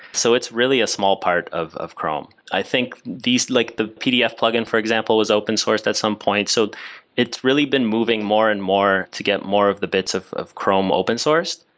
so it's really a small part of of chrome. i think these, like the pdf plugin for example was open sourced at some point. so it's really been moving more and more to get more of the bits of of chrome open sourced.